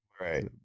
right